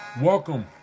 Welcome